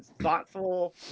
thoughtful